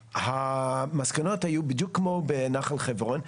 והמסקנות היו בדיוק כמו בנחל חברון.